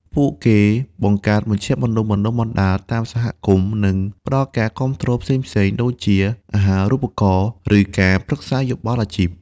ពួកគេបង្កើតមជ្ឈមណ្ឌលបណ្តុះបណ្តាលតាមសហគមន៍ និងផ្តល់ការគាំទ្រផ្សេងៗដូចជា អាហារូបករណ៍ ឬការប្រឹក្សាយោបល់អាជីព។